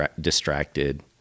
distracted